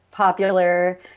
popular